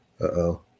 Uh-oh